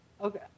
okay